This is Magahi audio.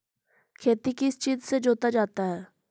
खेती किस चीज से जोता जाता है?